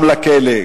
גם לכלא,